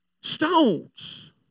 Stones